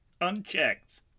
Unchecked